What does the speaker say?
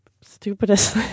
stupidest